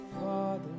father